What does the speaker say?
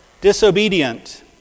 disobedient